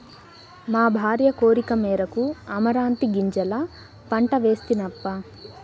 మా భార్య కోరికమేరకు అమరాంతీ గింజల పంట వేస్తినప్పా